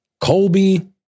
Colby